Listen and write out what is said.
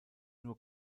nur